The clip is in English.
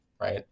right